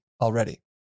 already